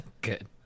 Good